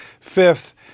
Fifth